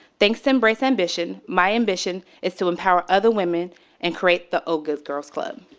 thanks to embrace ambition, my ambition is to empower other women and create the old girls club.